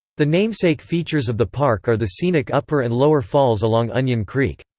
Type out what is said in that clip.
the namesake features of the park are the scenic upper and lower falls along onion creek.